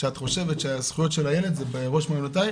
כשאת חושבת שהזכויות של הילד זה בראש מעיינותיך,